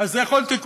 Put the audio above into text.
אז יכולתי,